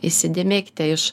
įsidėmėkite iš